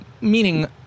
meaning